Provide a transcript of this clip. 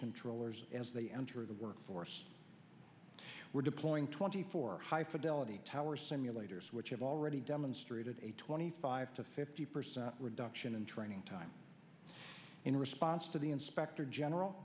controllers as they enter the workforce we're deploying twenty four high fidelity tower simulators which have already demonstrated a twenty five to fifty percent reduction in training time in response to the inspector general